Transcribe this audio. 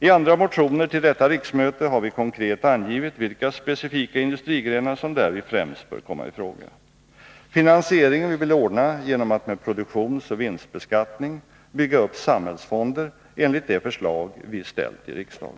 I andra motioner till detta riksmöte har vi konkret angivit vilka specifika industrigrenar som därvid främst bör komma i fråga. Finansieringen vill vi ordna genom att med produktionsoch vinstbeskattning bygga upp samhällsfonder enligt det förslag vi ställt i riksdagen.